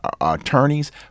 attorneys